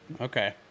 Okay